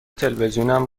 تلویزیونم